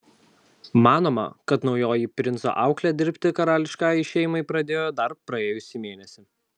manoma kad naujoji princo auklė dirbti karališkajai šeimai pradėjo dar praėjusį mėnesį